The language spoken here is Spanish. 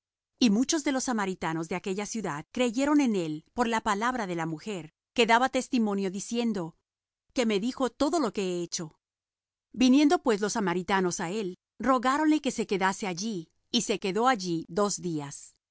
y muchos de los samaritanos de aquella ciudad creyeron en él por la palabra de la mujer que daba testimonio diciendo que me dijo todo lo que he hecho viniendo pues los samaritanos á él rogáronle que se quedase allí y se quedó allí dos días